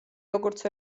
როგორც